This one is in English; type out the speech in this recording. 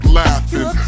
laughing